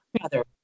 mother